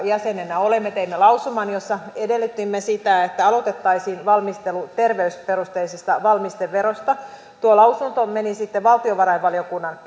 jäsenenä olen teimme lausuman jossa edellytimme sitä että aloitettaisiin valmistelu terveysperusteisesta valmisteverosta tuo lausunto meni sitten valtiovarainvaliokunnan